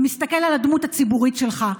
ומסתכל על הדמות הציבורית שלך,